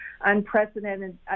unprecedented